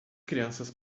crianças